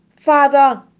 Father